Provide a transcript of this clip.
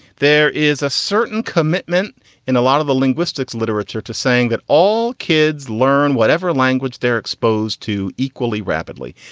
there is a certain commitment in a lot of the linguistics literature to saying that all kids learn whatever language they're exposed to equally rapidly,